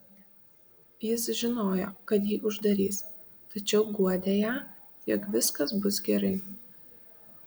jis žinojo kad jį uždarys tačiau guodė ją jog viskas bus gerai